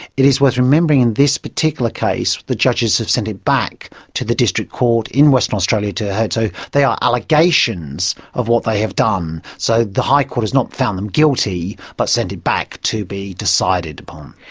it is worth remembering in this particular case the judges have sent it back to the district court in western australia to, so, ah they are allegations of what they have done, so the high court has not found them guilty, but sent it back to be decided upon.